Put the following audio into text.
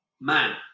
man